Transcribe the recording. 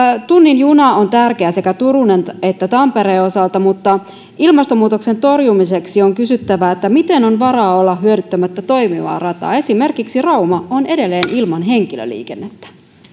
tunnin juna on tärkeä sekä turun että tampereen osalta mutta ilmastonmuutoksen torjumiseksi on kysyttävä miten on varaa olla hyödyntämättä toimivaa rataa esimerkiksi rauma on edelleen ilman henkilöliikennettä